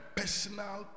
personal